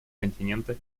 континента